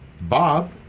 Bob